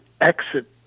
exit